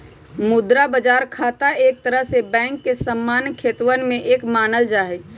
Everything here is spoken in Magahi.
मुद्रा बाजार खाता एक तरह से बैंक के सामान्य खतवन में से एक मानल जाहई